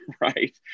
right